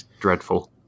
dreadful